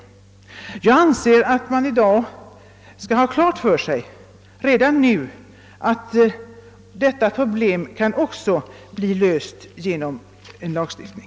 Jag anser att man redan nu skall ha klart för sig att detta problem också kan bli löst genom en lagstiftning.